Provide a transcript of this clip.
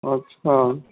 अच्छा